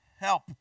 Help